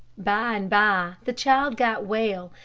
by-and-by the child got well,